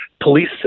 Police